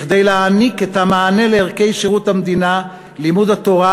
כדי להעניק את המענה לערכי שירות המדינה ולימוד התורה,